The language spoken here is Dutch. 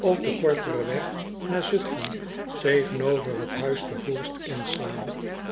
of den korteren weg naar zutfen tegenover het huis de voorst inslaan